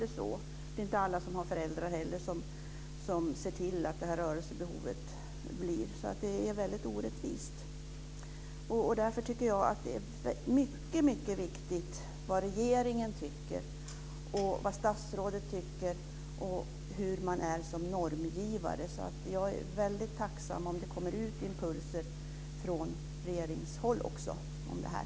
Dessutom har inte alla elever föräldrar som ser till att rörelsebehovet tillgodoses. Det är väldigt orättvist. Jag menar att det är mycket viktigt vad regeringen och statsrådet tycker och vad de gör som normgivare. Jag är tacksam om det kommer impulser från regeringshåll om det här.